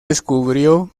descubrió